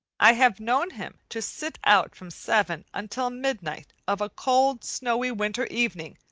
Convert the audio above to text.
i have known him to sit out from seven until midnight of a cold, snowy winter evening,